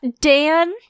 Dan-